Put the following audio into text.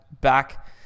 back